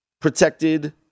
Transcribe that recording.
protected